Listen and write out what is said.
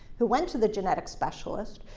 who went to the genetic specialist,